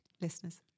listeners